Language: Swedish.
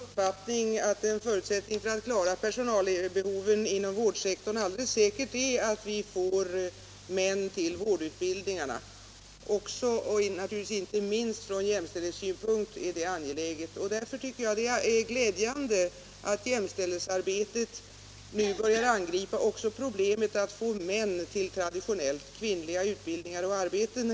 Herr talman! Jag delar herr Olssons i Edane uppfattning att en förutsättning för att klara personalbehoven inom vårdsektorn alldeles säkert är att vi får män till vårdutbildningarna. Det är inte minst angeläget ur jämställdhetssynpunkt. Därför är det glädjande att jämställdhetsarbetet nu också börjar inriktas på problemet att få män till traditionellt kvinnliga utbildningar och arbeten.